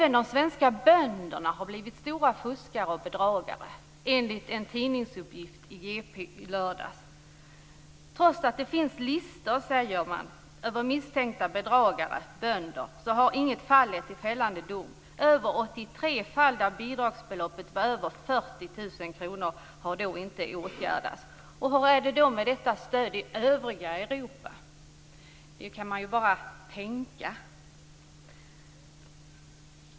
Enligt en tidningsuppgift i GP i lördags har även de svenska bönderna blivit stora fuskare och bedragare. Trots att det finns listor över misstänkta bedragare, dvs. bönder, har det inte blivit någon fällande dom. 83 fall där bidragsbeloppet är mer än 40 000 kr har inte åtgärdats. Hur är det då med detta stöd i övriga Europa? Det kan man ju bara tänka.